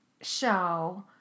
show